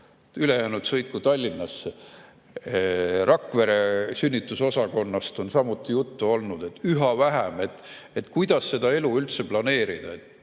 ülejäänud sõitku Tallinnasse. Rakvere sünnitusosakonnast on samuti juttu olnud. Kuidas seda elu üldse planeerida